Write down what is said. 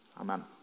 Amen